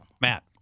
Matt